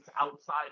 outside